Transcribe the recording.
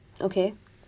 okay